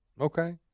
Okay